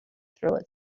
through